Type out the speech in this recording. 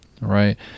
right